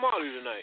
tonight